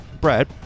Brad